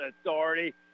Authority